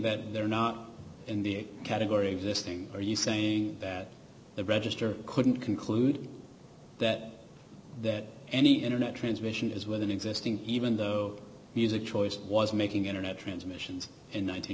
that they're not in the category existing are you saying that the register couldn't conclude that that any internet transmission is with an existing even though music choice was making internet transmissions in